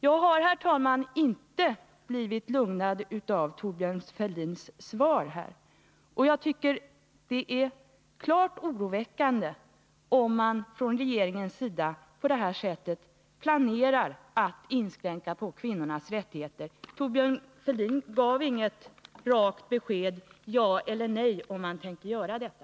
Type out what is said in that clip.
Jag har, herr talman, inte blivit lugnad av Thorbjörn Fälldins svar. Det är klart oroväckande om man från regeringens sida på det här sättet planerar att inskränka på kvinnornas rättigheter. Thorbjörn Fälldin gav inget rakt besked —. ja eller nej — om man tänker göra detta.